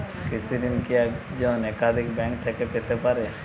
কৃষিঋণ কি একজন একাধিক ব্যাঙ্ক থেকে পেতে পারে?